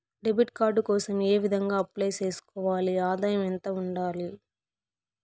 Debit card కోసం ఏ విధంగా అప్లై సేసుకోవాలి? ఆదాయం ఎంత ఉండాలి?